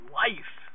life